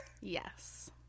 Yes